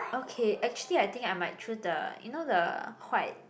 okay actually I think I might choose the you know the white